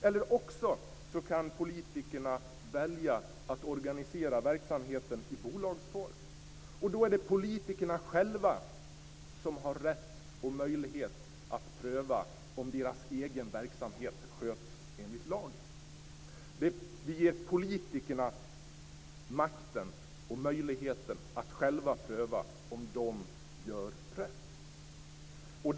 Eller också kan politikerna välja att organisera verksamheten i bolagsform. Då är det politikerna själva som har rätt och möjlighet att pröva om deras egen verksamhet sköts enligt lagen. Vi ger politikerna makten och möjligheten att själva pröva om de gör rätt.